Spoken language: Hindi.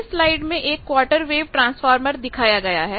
इस स्लाइड में एक क्वार्टर वेव ट्रांसफार्मर दिखाया गया है